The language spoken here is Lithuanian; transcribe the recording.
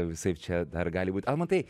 visaip čia dar gali būt almantai